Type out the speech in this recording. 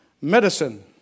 Medicine